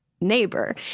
neighbor